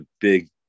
big